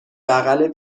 بغل